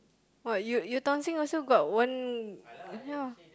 what you you dancing also got one